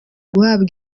guhabwa